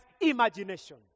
imagination